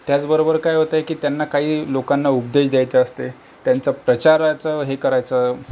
त्याचबरोबर काय होतंय की त्यांना काही लोकांना उपदेश द्यायचं असते त्यांचं प्रचाराचं हे करायचं